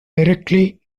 directly